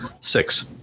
six